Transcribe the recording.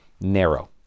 narrow